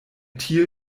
thiel